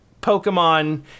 Pokemon